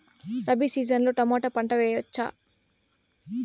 Rabi season లో tomato పంట వేయవచ్చా?